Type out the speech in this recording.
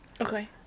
Okay